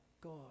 God